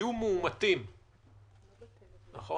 יהיו מאומתים, נכון?